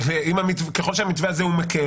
ככל שהמתווה הזה הוא מקל,